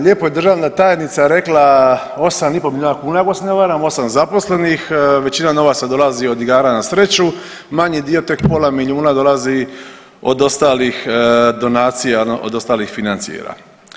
Lijepo je državna tajnica rekla 8,5 milijuna kuna ako se ne varam, 8 zaposlenih, većina novaca dolazi od igara na sreću, manji dio tek pola milijuna dolazi od ostalih donacija, od ostalih financijera.